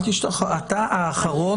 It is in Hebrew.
אתה האחרון.